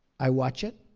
i watch it.